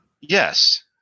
Yes